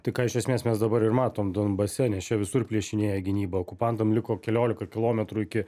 tai ką iš esmės mes dabar ir matom donbase nes čia visur priešinėje gynyba okupantam liko keliolika kilometrų iki